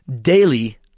daily